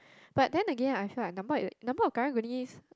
but then Again I feel like number of number of karang-guni